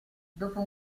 dopo